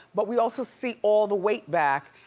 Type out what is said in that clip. but we also see all the weight back.